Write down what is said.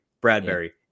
Bradbury